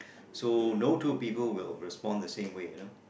so no two people will respond the same way you know